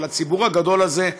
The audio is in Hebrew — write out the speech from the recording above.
אל הציבור הגדול הזה,